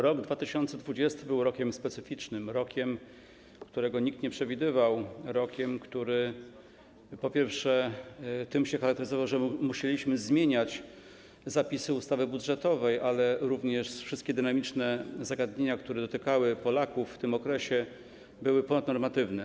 Rok 2020 był rokiem specyficznym, rokiem, którego nikt nie przewidywał, rokiem, który, po pierwsze, tym się charakteryzował, że musieliśmy zmieniać zapisy ustawy budżetowej, ale również wszystkie dynamiczne zagadnienia, które dotykały Polaków w tym okresie, były ponadnormatywne.